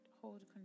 hold